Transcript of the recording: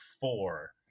four